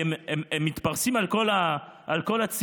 כי הם מתפרסים על כל הצירים,